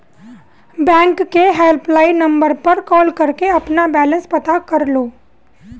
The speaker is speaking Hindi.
बैंक के हेल्पलाइन नंबर पर कॉल करके अपना बैलेंस पता कर लो